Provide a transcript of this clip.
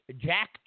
Jack